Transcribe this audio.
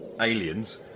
Aliens